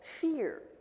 fear